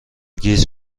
گیج